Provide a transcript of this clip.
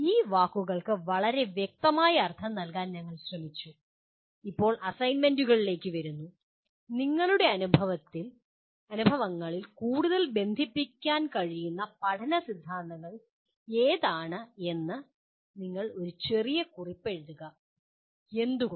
ഈ വാക്കുകൾക്ക് വളരെ വ്യക്തമായ അർത്ഥം നൽകാൻ ഞങ്ങൾ ശ്രമിച്ചു ഇപ്പോൾ അസൈൻമെന്റുകളിലേക്ക് വരുന്നു നിങ്ങളുടെ അനുഭവങ്ങളിൽ കൂടുതൽ ബന്ധിപ്പിക്കാൻ കഴിയുന്ന പഠന സിദ്ധാന്തങ്ങളിൽ ഏതാണ് എന്ന് നിങ്ങൾ ഒരു ചെറിയ കുറിപ്പ് എഴുതുക എന്തുകൊണ്ട്